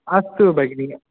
अस्तु भगिनी